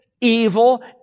evil